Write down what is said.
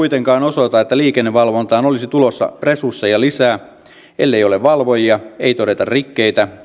kuitenkaan osoita että liikennevalvontaan olisi tulossa resursseja lisää ellei ole valvojia ei todeta rikkeitä